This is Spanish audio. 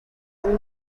con